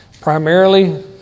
Primarily